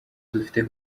dufise